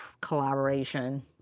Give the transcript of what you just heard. collaboration